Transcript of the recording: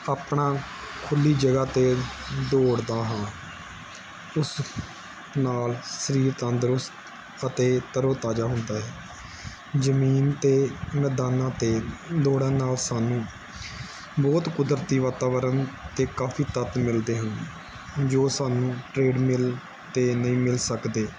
ਆਪਣਾ ਖੁੱਲ੍ਹੀ ਜਗ੍ਹਾ 'ਤੇ ਦੌੜਦਾ ਹਾਂ ਉਸ ਨਾਲ ਸਰੀਰ ਤੰਦਰੁਸਤ ਅਤੇ ਤਰੋ ਤਾਜ਼ਾ ਹੁੰਦਾ ਹੈ ਜ਼ਮੀਨ 'ਤੇ ਮੈਦਾਨਾਂ 'ਤੇ ਦੌੜਨ ਨਾਲ ਸਾਨੂੰ ਬਹੁਤ ਕੁਦਰਤੀ ਵਾਤਾਵਰਨ ਅਤੇ ਕਾਫੀ ਤੱਤ ਮਿਲਦੇ ਹਨ ਜੋ ਸਾਨੂੰ ਟਰੇਡ ਮਿਲ ਤੋਂ ਨਹੀਂ ਮਿਲ ਸਕਦੇ